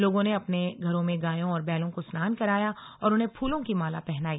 लोगों ने अपने घरों में गायों और बैलों को स्नान कराया और उन्हें फूलों की माला पहनाई